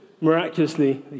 miraculously